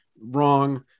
wrong